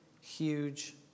huge